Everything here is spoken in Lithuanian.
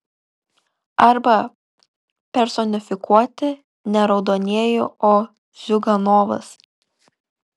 arba personifikuoti ne raudonieji o ziuganovas